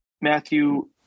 Matthew